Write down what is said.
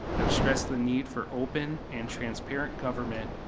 i've stressed the need for open and transparent government,